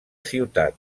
ciutat